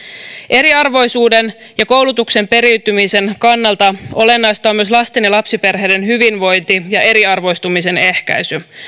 eriarvoisuuden ja koulutuksen periytymisen kannalta olennaista on myös lasten ja lapsiperheiden hyvinvointi ja eriarvoistumisen ehkäisy